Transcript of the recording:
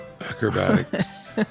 Acrobatics